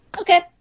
Okay